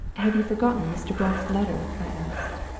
have you forgotten mr. brock's letter i asked.